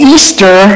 Easter